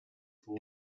for